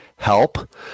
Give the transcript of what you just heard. help